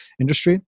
industry